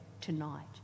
tonight